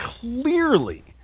clearly